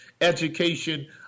education